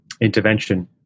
intervention